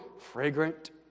fragrant